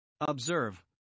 Observe